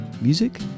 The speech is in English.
music